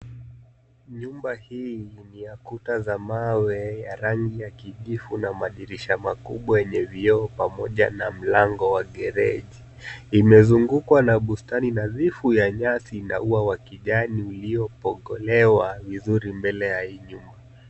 Nyumba hii ni ya kuta za mawe ya rangi ya kijivu na madirisha makubwa yenye vioo pamoja na mlango wa gereji. Imezungukwa na bustani nadhifu ya nyasi na ua wa kijani uliyopogolewa vizuri mbele ya hii nyumba.